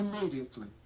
immediately